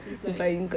reply